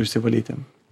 vidų išsivalyti